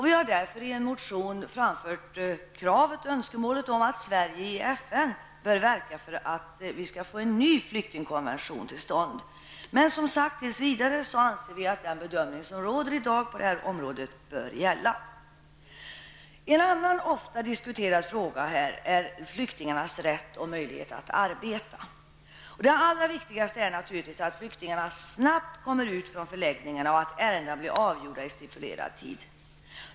Vi har därför i en motion framfört kravet och önskemålet om att Sverige i FN bör verka för att vi skall få till stånd en ny flyktingkonvention. Tills vidare anser vi dock, som sagt, att den bedömning som råder i dag bör gälla. En annan ofta diskuterad fråga är flyktingarnas rätt och möjlighet att arbeta. Det allra viktigaste är naturligtvis att flyktingarna snabbt kommer ut från förläggningarna och att ärendena blir avgjorda i stipulerad tid.